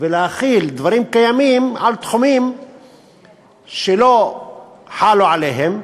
ולהחיל דברים קיימים על תחומים שהם לא הוחלו עליהם,